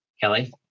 Kelly